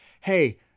hey